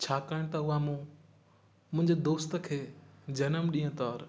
छाकाणि त उहा मूं मुंहिंजे दोस्त खे जनम ॾींहं तौर